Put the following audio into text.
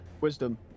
Wisdom